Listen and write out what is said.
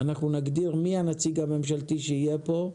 אנחנו נגדיר מי הנציג הממשלתי שיהיה פה,